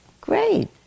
Great